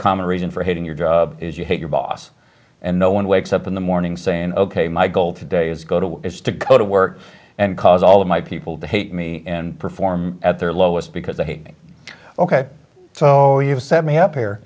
common reason for hating your job is you hate your boss and no one wakes up in the morning saying ok my goal today is go to is to go to work and cause all of my people to hate me and perform at their lowest because they hate me ok so you've set me up here